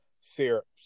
syrups